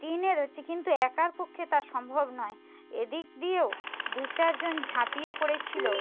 টেনে ধরেছে কিন্তু একার পক্ষে তা সম্ভব নয় এদিক দিয়েও দু চারজন ঝাঁপিয়ে পড়েছিলো